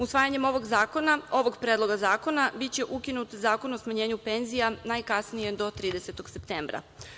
Usvajanjem ovoga predloga zakona biće ukinut Zakon o smanjenju penzija najkasnije do 30. septembra.